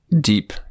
deep